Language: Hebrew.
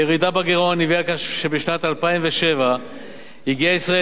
הירידה בגירעון הביאה לכך שבשנת 2007 הגיעה ישראל